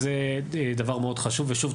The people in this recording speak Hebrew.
אז זה דבר מאוד חשוב ושוב,